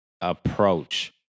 approach